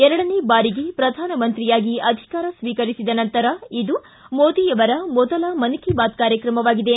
ಎರಡನೇ ಬಾರಿಗೆ ಶ್ರಧಾನ ಮಂತ್ರಿಯಾಗಿ ಅಧಿಕಾರ ಸ್ವೀಕರಿಸಿದ ನಂತರ ಇದು ಮೋದಿ ಅವರ ಮೊದಲ ಮನ್ ಕಿ ಬಾತ್ ಕಾರ್ಯಕ್ರಮವಾಗಿದೆ